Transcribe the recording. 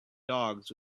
dogs